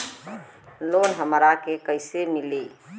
Loan हमरा के कईसे मिली?